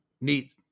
neat